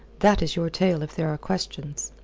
that is your tale if there are questions.